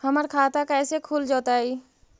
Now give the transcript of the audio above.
हमर खाता कैसे खुल जोताई?